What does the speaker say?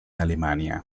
alemania